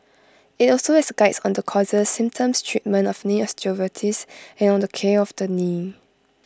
IT also has Guides on the causes symptoms treatment of knee osteoarthritis and on the care of the knee